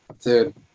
dude